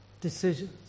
decisions